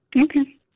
Okay